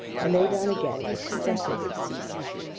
i lay down again, excessively sea-sick.